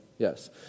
Yes